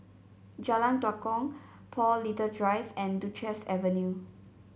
Jalan Tua Kong Paul Little Drive and Duchess Avenue